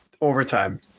overtime